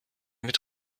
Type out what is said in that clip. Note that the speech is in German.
mit